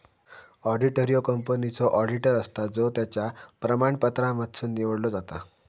auditor ह्यो कंपनीचो auditor असता जो त्याच्या प्रमाणपत्रांमधसुन निवडलो जाता